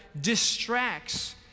distracts